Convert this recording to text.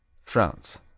France